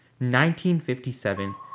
1957